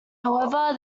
however